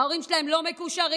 ההורים שלהם לא מקושרים,